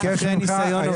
אחרי ניסיון אובדני.